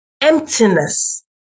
emptiness